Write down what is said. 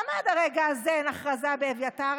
למה עד הרגע הזה אין הכרזה באביתר?